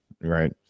Right